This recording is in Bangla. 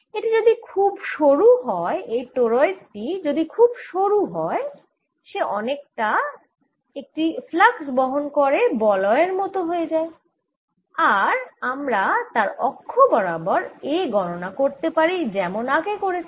এটি যদি খুব সরু হয় এই টোরয়েড টি যদি খুব সরু হয় সে অনেকটা একটি ফ্লাক্স বহন করা বলয়ের মত হয়ে যায় আর আমরা তার অক্ষ বরাবর A গণনা করতে পারি যেমন আগে করেছি